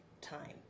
time